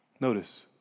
Notice